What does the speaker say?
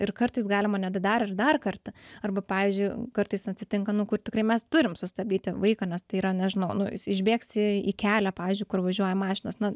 ir kartais galima net dar ir dar kartą arba pavyzdžiui kartais atsitinka nu kur tikrai mes turim sustabdyti vaiką nes tai yra nežinau nu jis išbėgs į į kelią pavyzdžiui kur važiuoja mašinos na